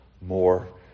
more